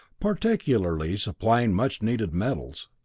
particularly supplying much-needed metals.